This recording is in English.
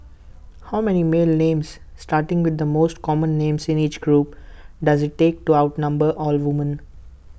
how many male names starting with the most common names in each group does IT take to outnumber all woman